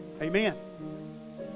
Amen